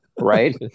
Right